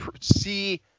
see